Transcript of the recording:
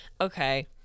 okay